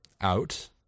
Out